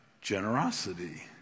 generosity